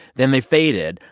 then they faded.